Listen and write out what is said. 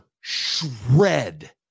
shred